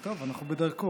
טוב, אנחנו בדרכו.